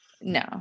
No